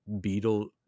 Beetle